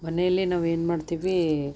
ಮನೆಯಲ್ಲಿ ನಾವೇನು ಮಾಡ್ತೀವಿ